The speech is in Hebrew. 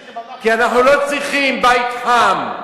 מי שברח זה, כי אנחנו לא צריכים "בית חם",